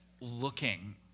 looking